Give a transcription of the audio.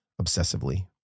obsessively